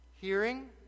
hearing